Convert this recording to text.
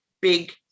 big